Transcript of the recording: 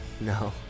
no